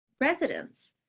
residents